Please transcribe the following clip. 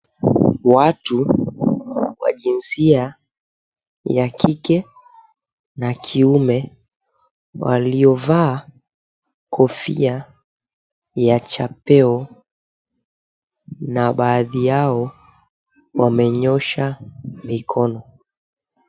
Watu wa jinsia ya kike na kiume waliovaa kofia ya chapio na baadhi yao wamenyoosha mikono.